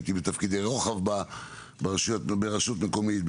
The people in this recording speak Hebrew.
הייתי בתפקידי רוחב ברשות מקומית,